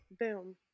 boom